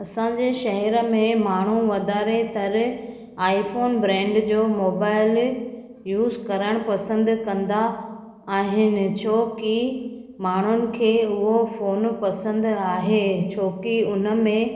असांजे शहर में माण्हू वधारे तर आई फोन ब्रैंड जो मोबाइल यूस करणु पसंदि कंदा आहिनि छोकी माण्हुनि खे उहो फोन पसंदि आहे छो की उन में